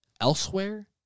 elsewhere